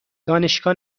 دانشگاه